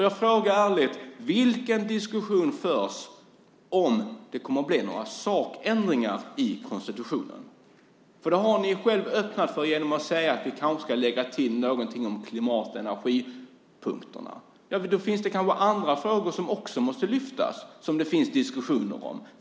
Jag frågar ärligt: Vilken diskussion förs om det kommer att bli några sakändringar i konstitutionen? Det har ni själva öppnat för genom att säga att vi kanske ska lägga till någonting om klimat och energipunkterna. Det finns kanske andra frågor som det finns diskussioner om som också måste lyftas fram.